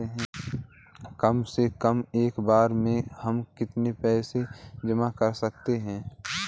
कम से कम एक बार में हम कितना पैसा जमा कर सकते हैं?